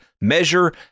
measure